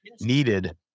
needed